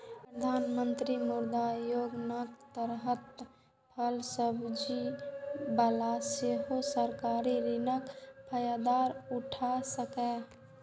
प्रधानमंत्री मुद्रा योजनाक तहत फल सब्जी बला सेहो सरकारी ऋणक फायदा उठा सकैए